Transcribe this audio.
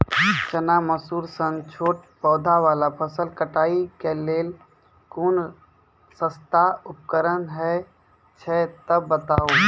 चना, मसूर सन छोट पौधा वाला फसल कटाई के लेल कूनू सस्ता उपकरण हे छै तऽ बताऊ?